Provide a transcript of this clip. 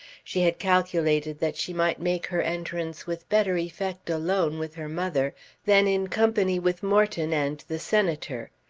she had calculated that she might make her entrance with better effect alone with her mother than in company with morton and the senator.